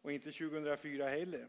och inte 2004 heller.